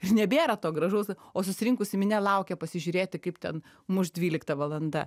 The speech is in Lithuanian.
ir nebėra to gražaus o susirinkusi minia laukia pasižiūrėti kaip ten muš dvylikta valanda